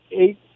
eight